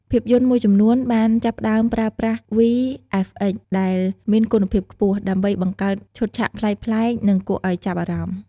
ភាពយន្តមួយចំនួនបានចាប់ផ្តើមប្រើប្រាស់ VFX ដែលមានគុណភាពខ្ពស់ ដើម្បីបង្កើតឈុតឆាកប្លែកៗ និងគួរឱ្យចាប់អារម្មណ៍។